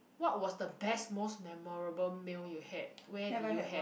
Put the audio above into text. what was the best most memorable meal you had where did you have